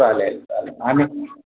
चालेल चालेल आणि